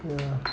yeah